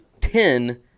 ten